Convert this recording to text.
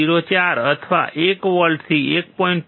04 અથવા 1 વોલ્ટથી 1